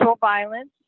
violence